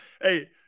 Hey